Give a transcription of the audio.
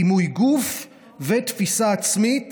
דימוי גוף ותפיסה עצמית